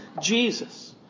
Jesus